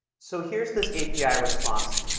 so here's this api response,